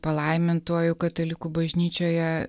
palaimintuoju katalikų bažnyčioje